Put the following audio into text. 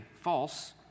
false